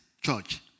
church